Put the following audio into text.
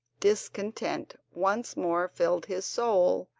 discontent once more filled his soul,